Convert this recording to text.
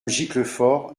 giclefort